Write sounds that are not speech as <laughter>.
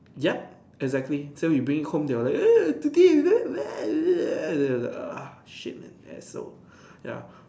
yup exactly so you bring it home they will like <noise> today <noise> ugh shit man that is so ya